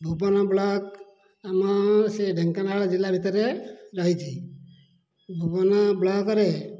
Bhuban block ଆମ ସେଇ ଢ଼େଙ୍କାନାଳ ଜିଲ୍ଲା ଭିତରେ ରହିଛି ଭୁବନ ବ୍ଲକ୍ ରେ